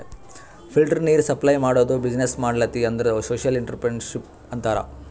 filter ನೀರ್ supply ಮಾಡದು business ಮಾಡ್ಲತಿ ಅಂದುರ್ ಸೋಶಿಯಲ್ ಇಂಟ್ರಪ್ರಿನರ್ಶಿಪ್ ಅಂತಾರ್